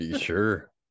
sure